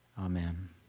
Amen